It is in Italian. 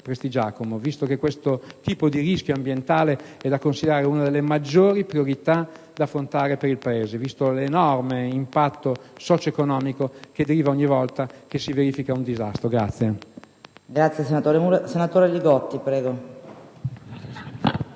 Prestigiacomo, visto che questo tipo di rischio ambientale è da considerare una delle maggiori priorità da affrontare per il Paese, per via dell'enorme impatto socio-economico che si determina ogni volta che si verifica un disastro. [LI